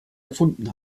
gefunden